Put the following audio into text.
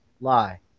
lie